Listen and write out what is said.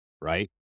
right